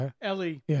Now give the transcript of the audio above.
Ellie